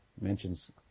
mentions